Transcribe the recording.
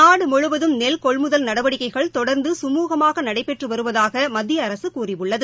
நாடு முழுவதும் நெல் கொள்முதல் நடவடிக்கைகள் தொடர்ந்து சமூகமாக நடைபெற்று வருவதாக மத்திய அரசு கூறியுள்ளது